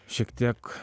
šiek tiek